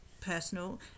personal